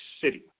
city